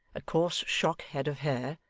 a coarse shock head of hair,